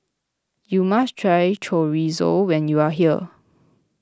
you must try Chorizo when you are here